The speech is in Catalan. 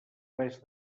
res